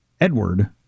Edward